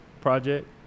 project